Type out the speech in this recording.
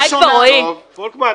פולקמן,